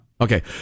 Okay